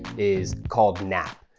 is called nap.